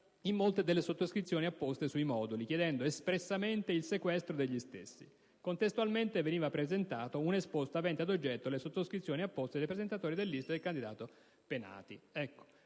in molte delle sottoscrizioni apposte sui moduli, chiedendo espressamente il sequestro degli stessi. Contestualmente veniva presentato un esposto avente ad oggetto le sottoscrizioni apposte dai presentatori del listino del candidato Penati.